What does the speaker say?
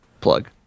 plug